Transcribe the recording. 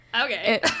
okay